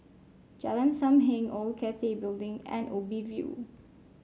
Jalan Sam Heng Old Cathay Building and Ubi View